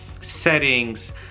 settings